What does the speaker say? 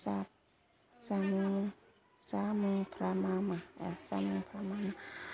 जामुं जामुंफ्रा मा मा जामुंफ्रा मा मा